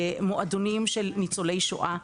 למועדונים של ניצולי שואה,